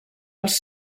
els